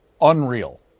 unreal